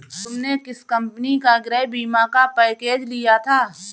तुमने किस कंपनी का गृह बीमा का पैकेज लिया था?